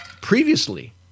Previously